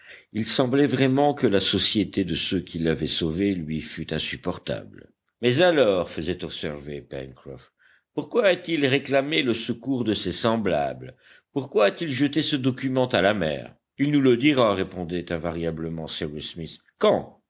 il semblait vraiment que la société de ceux qui l'avaient sauvé lui fût insupportable mais alors faisait observer pencroff pourquoi a-t-il réclamé le secours de ses semblables pourquoi a-t-il jeté ce document à la mer il nous le dira répondait invariablement cyrus smith quand